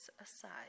aside